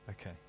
Okay